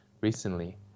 recently